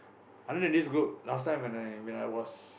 other than this group last time when I when I was